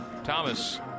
Thomas